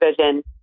vision